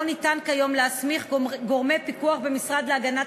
לא ניתן כיום להסמיך גורמי פיקוח במשרד להגנת